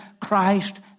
Christ